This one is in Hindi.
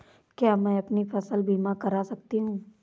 क्या मैं अपनी फसल बीमा करा सकती हूँ?